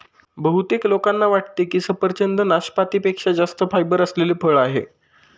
बहुतेक लोकांना वाटते की सफरचंद हे नाशपाती पेक्षा जास्त फायबर असलेले फळ आहे